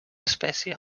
espècie